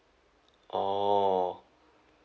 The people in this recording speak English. orh